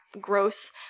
gross